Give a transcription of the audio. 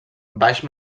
baix